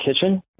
kitchen